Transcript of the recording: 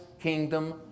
kingdom